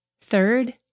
Third